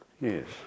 yes